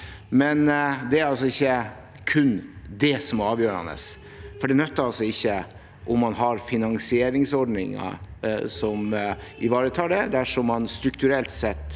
Men det er altså ikke kun det som er avgjørende, for det hjelper ikke å ha finansieringsordninger som ivaretar det, dersom man strukturelt sett